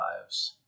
lives